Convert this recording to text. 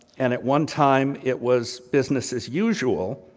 and at one time it was businesses usual,